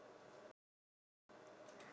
ya the green one